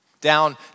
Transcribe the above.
down